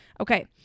Okay